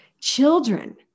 children